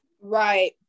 Right